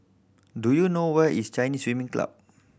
do you know where is Chinese Swimming Club